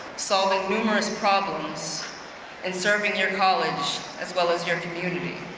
solving numerous problems and serving your college as well as your community.